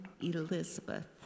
Elizabeth